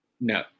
No